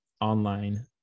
online